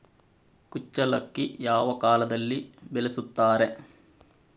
ಕುಚ್ಚಲಕ್ಕಿ ಯಾವ ಕಾಲದಲ್ಲಿ ಬೆಳೆಸುತ್ತಾರೆ?